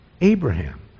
Abraham